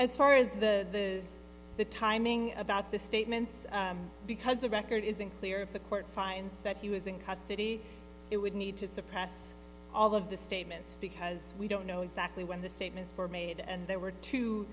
as far as the the timing about the statements because the record is unclear if the court finds that he was in custody it would need to suppress all of the statements because we don't know exactly when the statements were made and there were two